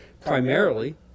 primarily